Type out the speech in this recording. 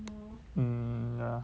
mm ya